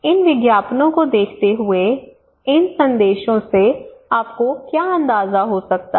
इन विज्ञापनों को देखते हुए इन संदेशों से आपको क्या अंदाजा हो सकता है